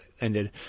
ended